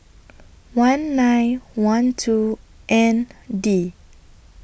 one nine one two N D